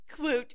Quote